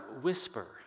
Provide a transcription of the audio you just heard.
whisper